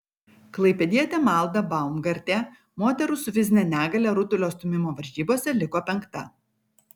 klaipėdietė malda baumgartė moterų su fizine negalia rutulio stūmimo varžybose liko penkta